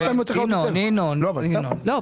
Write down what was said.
אי